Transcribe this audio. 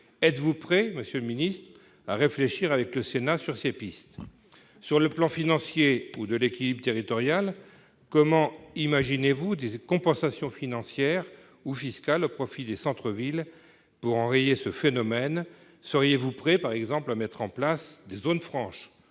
Êtes-vous prêt, monsieur le ministre, à réfléchir avec le Sénat sur ces pistes ? Par ailleurs, sur le plan financier ou sur le plan de l'équilibre territorial, comment imaginez-vous des compensations financières ou fiscales au profit des centres-villes pour enrayer ce phénomène ? Seriez-vous prêt, par exemple, à mettre en place des zones franches